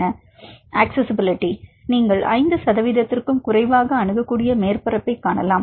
மாணவர் அக்சஸிஸிபிலிட்டி நீங்கள் 5 சதவீதத்திற்கும் குறைவாகக் அணுகக்கூடிய மேற்பரப்பு காணலாம்